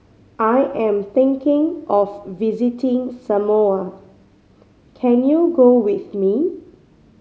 I am thinking of visiting Samoa can you go with me